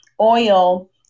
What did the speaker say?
oil